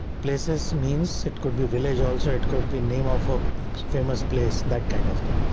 places, means it could be village. also it could be name of a famous place, that kind of thing.